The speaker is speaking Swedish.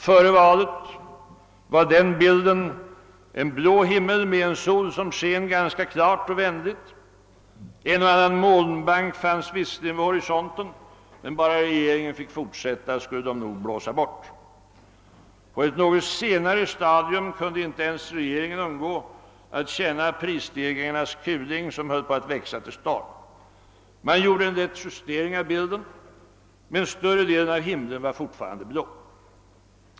Före valet var det bilden av en blå himmel med en sol som sken ganska klart och vänligt. En och annan molnbank fanns visserligen vid horisonten. Men bara regeringen fick fortsätta skulle de nog blåsa bort. På ett något senare stadium kunde inte ens regeringen undgå att känna prisstegringarnas kuling som höll på att växa till storm. Man gjorde en lätt justering av bilden men större delen av himlen var fortfarande blå.